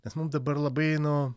nes mum dabar labai nu